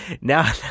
now